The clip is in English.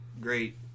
great